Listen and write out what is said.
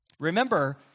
Remember